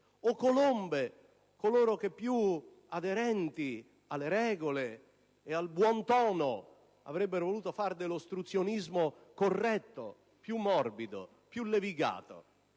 Le colombe: coloro che, più aderenti alle regole e al buon tono, avrebbero voluto fare dell'ostruzionismo corretto, più morbido, più levigato.